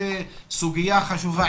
זה סוגיה חשובה,